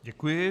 Děkuji.